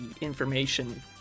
information